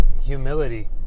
humility